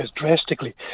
drastically